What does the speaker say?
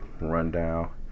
rundown